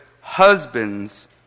Husbands